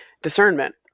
discernment